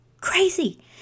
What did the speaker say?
crazy